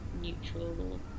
neutral